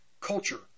culture